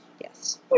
Yes